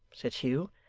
said hugh.